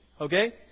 Okay